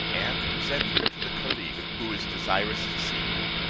and to present you to the caliph, who is desirous to see you.